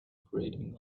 grating